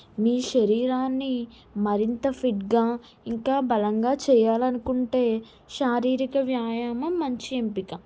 మీ శరీరాన్ని మరింత ఫిట్ గా ఇంకా బలంగా చేయాలనుకుంటే శారీరిక వ్యాయమం మంచి ఎంపిక